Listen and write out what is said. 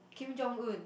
Kim-Jong-Un